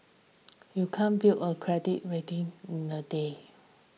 you can't build a credit rating in a day